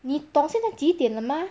你懂现在几点了吗